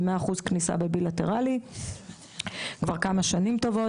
100% כניסה בבילטרלי כבר כמה שנים טובות.